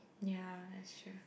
ya that's true